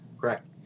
Correct